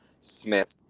Smith